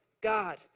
God